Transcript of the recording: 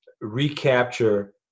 recapture